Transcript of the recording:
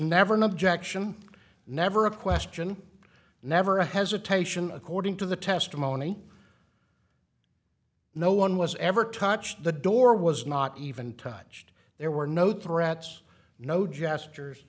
never an objection never a question never a hesitation according to the testimony no one was ever touched the door was not even touched there were no threats no gestures